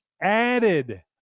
added